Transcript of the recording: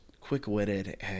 quick-witted